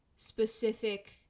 Specific